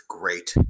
great